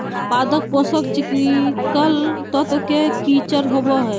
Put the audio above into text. पादप पोषक चिकिकल तत्व के किचर होबो हइ